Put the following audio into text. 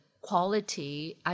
quality